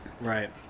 Right